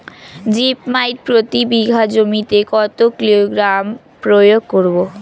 Zip মাইট প্রতি বিঘা জমিতে কত কিলোগ্রাম প্রয়োগ করব?